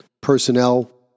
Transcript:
personnel